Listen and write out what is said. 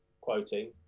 quoting